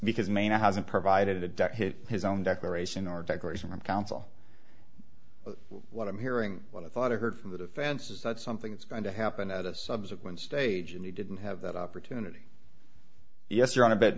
because maine hasn't provided a direct hit his own declaration or declaration of council what i'm hearing what i thought i heard from the defense is that something's going to happen at a subsequent stage and you didn't have that opportunity yes you're on a bit